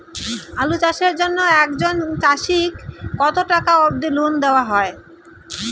আলু চাষের জন্য একজন চাষীক কতো টাকা অব্দি লোন দেওয়া হয়?